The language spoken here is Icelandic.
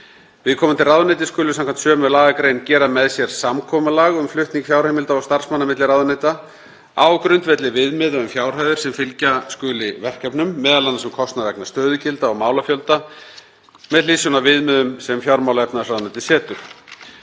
Viðkomandi ráðuneyti skulu samkvæmt sömu lagagrein gera með sér samkomulag um flutning fjárheimilda og starfsmanna milli ráðuneyta á grundvelli viðmiða um fjárhæðir sem fylgja skuli verkefnum, m.a. um kostnað vegna stöðugilda og málafjölda, með hliðsjón af viðmiðum sem fjármála- og efnahagsráðuneytið setur.